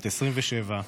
בת 27,